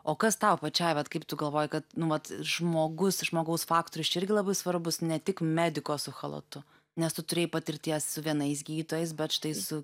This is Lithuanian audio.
o kas tau pačiai bet kaip tu galvoji kad nu vat žmogus žmogaus faktorius čia irgi labai svarbus ne tik mediko su chalatu nes tu turėjai patirties su vienais gydytojais bet štai su